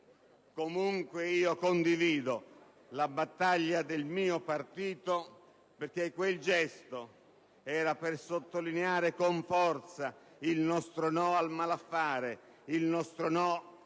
Comunque, io condivido la battaglia del mio partito, perché quel gesto era volto a sottolineare con forza il nostro no al malaffare, il nostro no alla